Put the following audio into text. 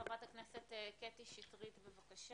חברת הכנסת קטי שטרית, בבקשה.